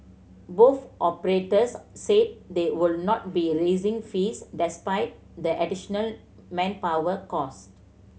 both operators said they would not be raising fees despite the additional manpower costs